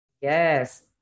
Yes